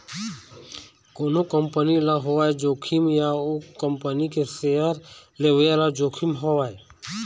कोनो कंपनी ल होवय जोखिम या ओ कंपनी के सेयर लेवइया ल जोखिम होवय